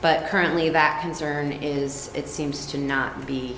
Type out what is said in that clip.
but currently that concern is it seems to not be